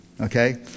Okay